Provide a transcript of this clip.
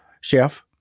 Chef